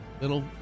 little